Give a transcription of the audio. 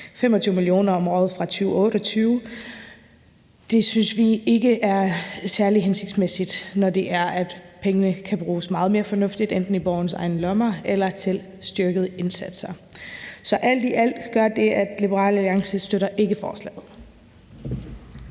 25 millioner om året fra 2028. Det synes vi ikke er særlig hensigtsmæssigt, når pengene kan bruges meget mere fornuftigt enten i borgerens egne lommer eller til styrkede indsatser. Så alt i alt gør det, at Liberal Alliance ikke støtter forslaget.